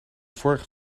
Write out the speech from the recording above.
vorig